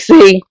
See